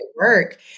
work